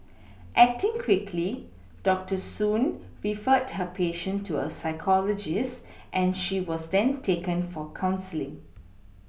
acting quickly doctor soon referred her patient to a psychologist and she was then taken for counselling